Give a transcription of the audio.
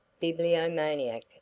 bibliomaniac